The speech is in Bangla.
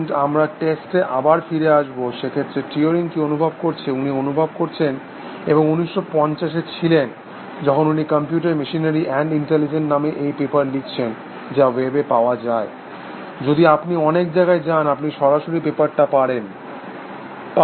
আমরা টেস্টে আবার ফিরে আসব সেক্ষেত্রে টিউরিং কি অনুভব করছে উনি অনুভব করছেন এবং 1950 এ ছিলেন যখন উনি কম্পিউটার মেশিনারি অ্যান্ড ইন্টেলিজেন্ট নামে এই পেপার লিখেছেন যা ওয়েবে পাওয়া যায় যদি আপনি অনেক জায়গায় যান আপনি সরাসরি পেপারটা পাবেন